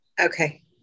okay